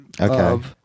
Okay